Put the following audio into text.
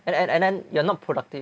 and then and then you're not productive